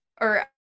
or-